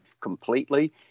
completely